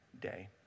day